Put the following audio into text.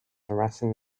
harassing